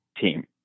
team